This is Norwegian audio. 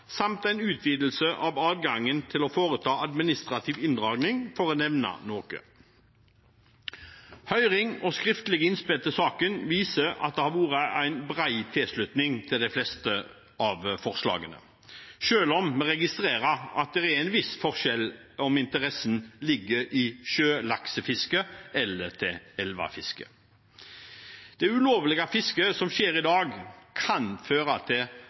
samt en utvidelse av adgangen til å foreta administrativ inndragning, for å nevne noe. Høring og skriftlige innspill til saken viser at det har vært en bred tilslutning til de fleste av forslagene, selv om vi registrerer at det er en viss forskjell om interessen ligger i sjølaksefiske eller i elvefiske. Det ulovlige fisket som skjer i dag, kan føre til